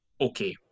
okay